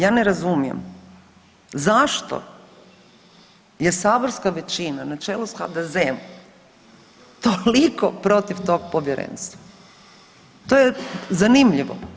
Ja ne razumijem zašto je saborska većina na čelu sa HDZ-om toliko protiv toga Povjerenstva to je zanimljivo.